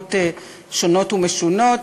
מסיבות שונות ומשונות.